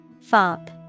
Fop